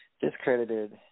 discredited